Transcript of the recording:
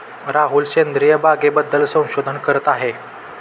राहुल सेंद्रिय बागेबद्दल संशोधन करत आहे